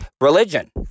religion